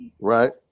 right